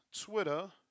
Twitter